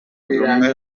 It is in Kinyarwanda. umwe